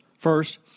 First